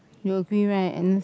you agree right Agnes